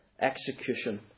execution